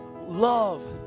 love